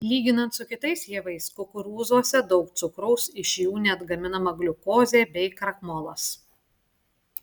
lyginant su kitais javais kukurūzuose daug cukraus iš jų net gaminama gliukozė bei krakmolas